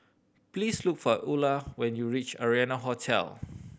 please look for Ula when you reach Arianna Hotel